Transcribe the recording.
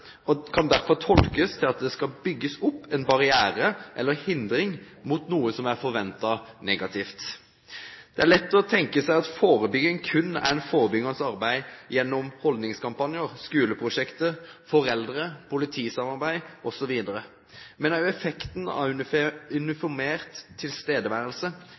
kan derfor tolkes til at det skal bygges opp en barriere eller hindring mot noe som er forventet negativt. Det er lett å tenke seg at forebygging kun er forebyggende arbeid gjennom holdningskampanjer, skoleprosjekter, samarbeid mellom foreldre og politi osv. Men også effekten av uniformert tilstedeværelse,